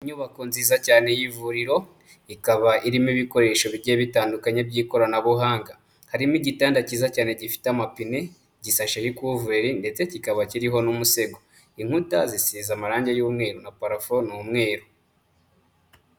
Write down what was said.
Inyubako nziza cyane y'ivuriro, ikaba irimo ibikoresho bigiye bitandukanye by'ikoranabuhanga, harimo igitanda cyiza cyane gifite amapine, gisasheho ikuvureri ndetse kikaba kiriho n'umusego, inkuta zisize amarangi y'umweru na parafo ni umweru.